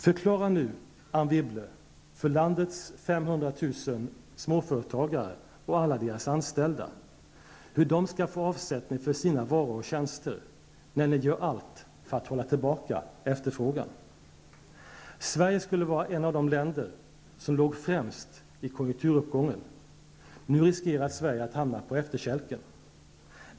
Förklara nu, Anne Wibble, för landets 500 000 småföretagare och alla deras anställda hur de skall få avsättning för sina varor och tjänster, när ni gör allt för att hålla tillbaka efterfrågan! Sverige skulle vara ett av de länder som låg främst i konjunkturuppgången. Nu riskerar Sverige att hamna på efterkälken.